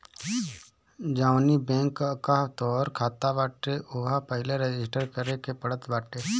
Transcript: जवनी बैंक कअ तोहार खाता बाटे उहवा पहिले रजिस्टर करे के पड़त बाटे